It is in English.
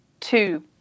two